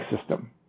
system